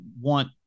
want